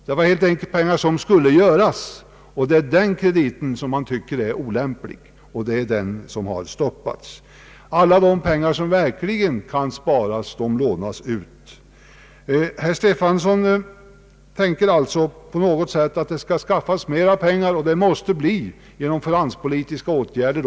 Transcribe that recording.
Det var pengar som skulle göras. Det är den krediten som man tycker är olämplig, och det är den som har stoppats. Alla de pengar som verkligen kan sparas lånas ut. Herr Stefanson anser alltså att det på något sätt skall skaffas mera pengar och att det måste ske genom finanspolitiska åtgärder.